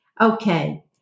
Okay